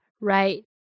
Right